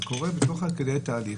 זה קורה בתוך ותוך כדי התהליך.